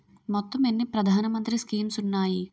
మొత్తం ఎన్ని ప్రధాన మంత్రి స్కీమ్స్ ఉన్నాయి?